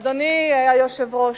אדוני היושב-ראש,